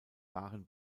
waren